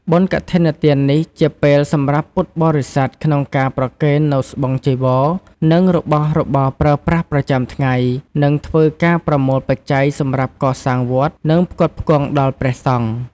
បុណ្យកឋិនទាននេះ ជាពេលសម្រាប់ពុទ្ធបរិស័ទក្នុងការប្រគេននូវស្បង់ចីវរនិងរបស់របរប្រើប្រាស់ប្រចាំថ្ងៃ និងធ្វើការប្រមូលបច្ច័យសម្រាប់កសាងវត្ត និងផ្គត់ផ្គងដល់ព្រះសង្ឃ ។